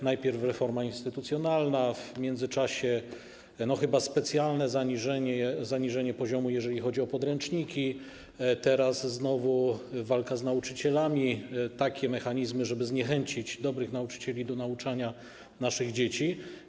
Najpierw reforma instytucjonalna, w międzyczasie chyba specjalne zaniżenie poziomu, jeżeli chodzi o podręczniki, teraz znowu walka z nauczycielami - to mechanizmy, które zniechęcają dobrych nauczycieli do nauczania naszych dzieci.